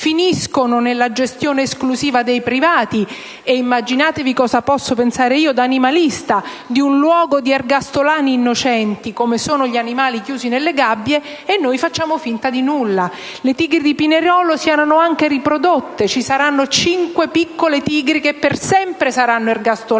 Finiscono così nella gestione esclusiva dei privati - immaginatevi cosa posso pensare io, da animalista, di un luogo di ergastolani innocenti, come sono gli animali chiusi nelle gabbie - e noi facciamo finta di nulla. Le tigri di Pinerolo si erano anche riprodotte; ci saranno cinque piccole tigri che per sempre saranno ergastolane